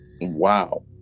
Wow